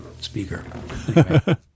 speaker